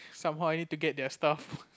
somehow I need to get their stuff